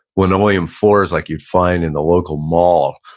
linoleum floors like you'd find in the local mall.